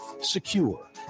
secure